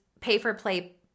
pay-for-play